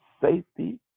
safety